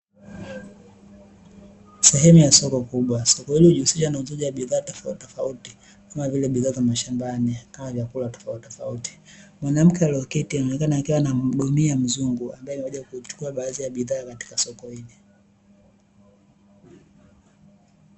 Sehemu ya soko kubwa, soko hilo likijihusisha na uuzaji wa bidhaa tofauti tofauti kama vile bidhaa za mashambani kama vile vyakula tofauti tofauti. Mwanamke aliyeketi anaonekana akiwa anamuhudumia mzungu ambaye amekuja kuchukua baadhi ya bidhaa kutoka katika soko hilo.